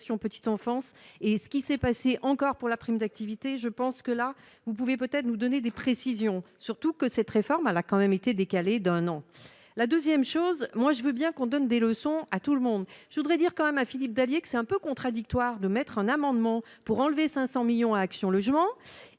petite enfance, et ce qui s'est passé encore pour la prime d'activité, je pense que là, vous pouvez peut-être nous donner des précisions, surtout que cette réforme à l'a quand même été décalée d'un an, la 2ème chose, moi je veux bien qu'on donne des leçons à tout le monde, je voudrais dire quand même à Philippe Dallier, que c'est un peu contradictoire de mettre un amendement pour enlever 500 millions à Action logement